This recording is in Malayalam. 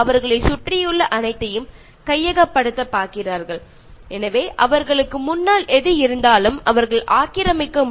അവർക്കുമുന്നിൽ ഉള്ളവയെല്ലാം അവർക്ക് പിടിച്ചടക്കാൻ കഴിയുന്നവയാണെങ്കിൽ എല്ലാത്തിനെയും പിടിച്ചു വയ്ക്കുന്നു